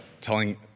Telling